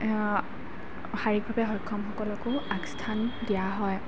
শাৰীৰিকভাৱে সক্ষমসকলকো আগস্থান দিয়া হয়